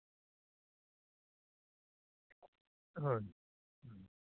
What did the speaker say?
ಹ್ಞೂ ಹ್ಞೂ ಹಾಂ ಹಾಂ ಹಾಂ ನಲ್ವತ್ತು ರೂಪಾಯಿ ನಲ್ವತ್ತು ರೂಪಾಯ್ಗೆ ಮಾರು ನೋಡಿರಿ